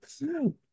No